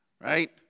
Right